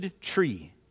tree